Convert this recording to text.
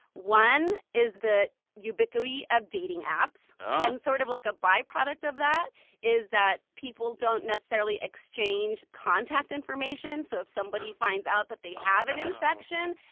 one is the ubiquity of dating apps. and sort of, like, a byproduct of that is that people don't necessarily exchange contact information. so if somebody finds out that they have an infection,